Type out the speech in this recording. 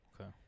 Okay